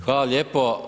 Hvala lijepo.